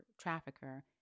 trafficker